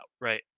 right